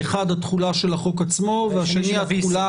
האחד התחולה של החוק עצמו והשני התחולה